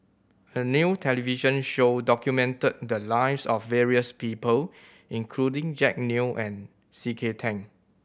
a new television show documented the lives of various people including Jack Neo and C K Tang